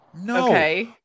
No